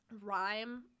rhyme